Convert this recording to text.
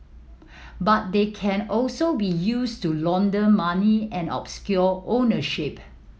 but they can also be used to launder money and obscure ownership